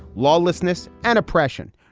lawlessness and oppression.